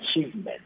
achievement